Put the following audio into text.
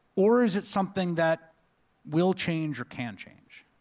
or is it something that will change or can change?